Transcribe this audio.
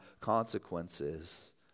consequences